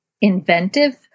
Inventive